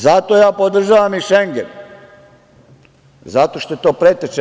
Zato podržavam i Šengen, zato što je to preteča EU.